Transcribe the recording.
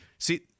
See